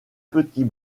petits